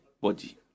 body